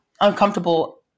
uncomfortable